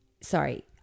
Sorry